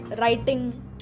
writing